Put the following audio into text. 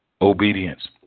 obedience